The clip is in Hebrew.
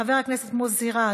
חבר הכנסת מוסי רז,